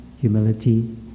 humility